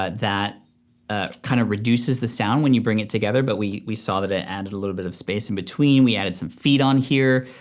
that that ah kind of reduces the sound when you bring it together, but we we saw that it added a little bit of space in between. we added some feet on here.